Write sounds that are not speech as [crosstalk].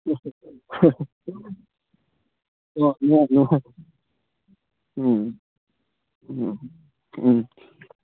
[unintelligible] ꯎꯝ ꯎꯝ ꯎꯝ